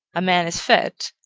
a man is fed,